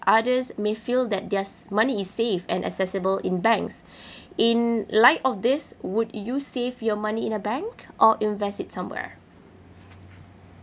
others may feel that their money is safe and accessible in banks in light of this would you save your money in a bank or invest it somewhere